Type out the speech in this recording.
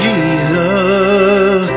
Jesus